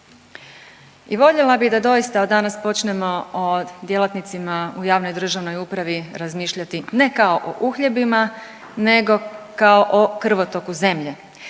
i voljela bi da doista od danas počnemo o djelatnicima u javnoj i državnoj upravi razmišljati ne kao o uhljebima nego kao o krvotoku zemlje